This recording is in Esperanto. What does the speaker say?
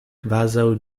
kvazaŭ